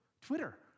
Twitter